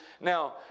now